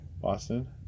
Boston